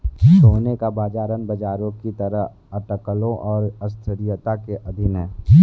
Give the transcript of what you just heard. सोने का बाजार अन्य बाजारों की तरह अटकलों और अस्थिरता के अधीन है